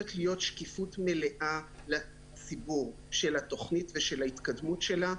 חייבת להיות שקיפות מלאה לציבור על התוכנית ועל ההתקדמות שלה.